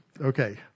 Okay